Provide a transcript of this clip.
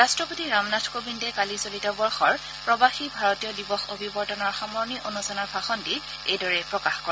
ৰাট্টপতি ৰামনাথ কোৱিন্দে কালি চলিত বৰ্ষৰ প্ৰৱাসী ভাৰতীয় দিৱস অভিবৰ্তনৰ সামৰণি অনুষ্ঠানত ভাষণ দি এইদৰে প্ৰকাশ কৰে